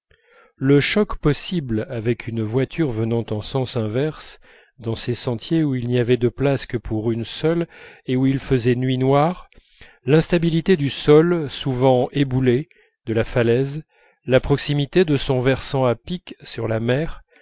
le choc possible avec une voiture venant en sens inverse dans ces sentiers où il n'y avait de place que pour une seule et où il faisait nuit noire l'instabilité du sol souvent éboulé de la falaise la proximité de son versant à pic sur la mer